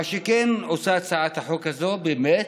מה שכן עושה הצעת החוק הזאת באמת,